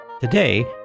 Today